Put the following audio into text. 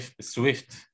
swift